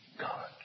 God